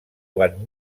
quan